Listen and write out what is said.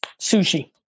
Sushi